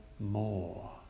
more